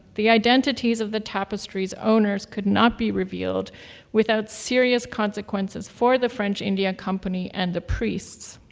the identities of the tapestries' owners could not be revealed without serious consequences for the french india company and the priests.